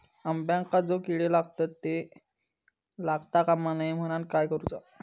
अंब्यांका जो किडे लागतत ते लागता कमा नये म्हनाण काय करूचा?